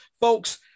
folks